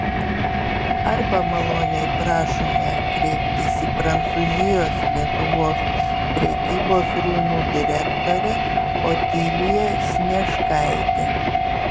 arba maloniai prašome kreiptis į prancūzijos lietuvos prekybos rūmų direktorę otiliją snieškaitę